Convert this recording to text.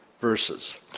verses